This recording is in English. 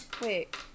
Wait